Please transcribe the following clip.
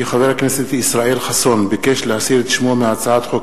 כי חבר הכנסת ישראל חסון ביקש להסיר את שמו מהצעת חוק